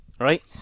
right